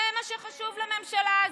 זה מה שחשוב לממשלה הזו,